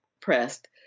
pressed